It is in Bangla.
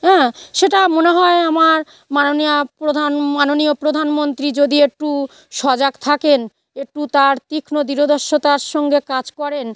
হ্যাঁ সেটা মনে হয় আমার মাননীয়া প্রধান মাননীয় প্রধানমন্ত্রী যদি একটু সজাগ থাকেন একটু তার তীক্ষ্ণ দূরদর্শিতার সঙ্গে কাজ করেন